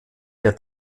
der